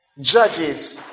Judges